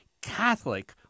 Catholic